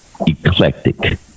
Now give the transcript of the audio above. eclectic